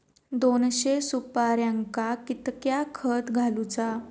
दोनशे सुपार्यांका कितक्या खत घालूचा?